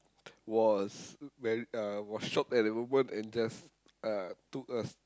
was very uh was shock at the woman and just uh took us